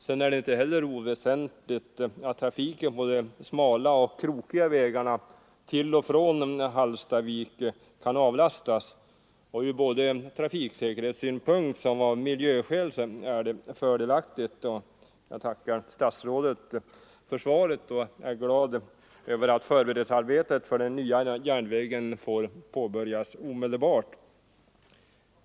Det är inte heller oväsentligt att trafiken på de smala och krokiga vägarna till och från Hallstavik kan avlastas. Både från trafiksäkerhetssynpunkt och av miljöskäl är det fördelaktigt. Jag tackar statsrådet för svaret och är glad över att förberedelsearbetet för den nya järnvägen skall påbörjas omedelbart.